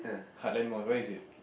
Heartland Mall where is it